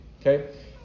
Okay